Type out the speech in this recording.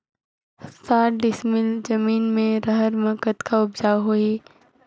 साठ डिसमिल जमीन म रहर म कतका उपजाऊ होही?